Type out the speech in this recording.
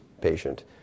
patient